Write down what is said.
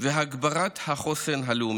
והגברת החוסן הלאומי.